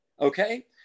okay